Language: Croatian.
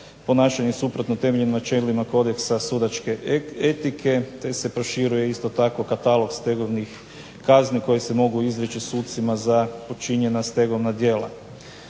ponašanje suprotno temeljnim načelima kodeksa sudačke etike te se proširuje isto tako katalog stegovnih kazni koje se mogu izreći sucima za počinjena stegovna djela.